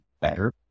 better